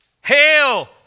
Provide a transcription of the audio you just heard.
Hail